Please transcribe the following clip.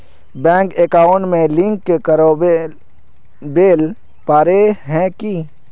Bank account में link करावेल पारे है की?